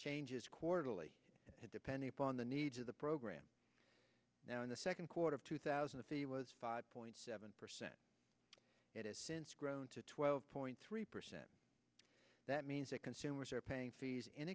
changes quarterly depending upon the needs of the program now in the second quarter of two thousand was five point seven percent it has since grown to twelve point three percent that means that consumers are paying fees